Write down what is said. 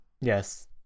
Yes